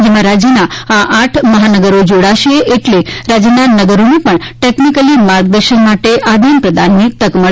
જેમાં રાજ્યના આ આઠ મહાનગરો જોડાશે એટલે રાજ્યના નગરોને પણ ટેકનીકલી માર્ગદર્શન માટે આદાનપ્રદાનની તક મળશે